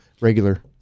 regular